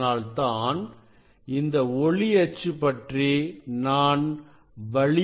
அதனால்தான் இந்த ஒளி அச்சு பற்றி நான் வலியுறுத்துகிறேன்